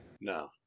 No